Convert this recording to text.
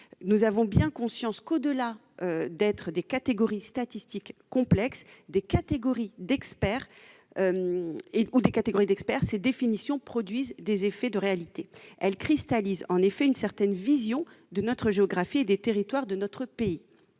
définitions ne sont pas seulement des catégories statistiques complexes, des catégories d'experts, mais produisent des effets dans la réalité. Elles cristallisent en effet une certaine vision de notre géographie et des territoires de notre pays.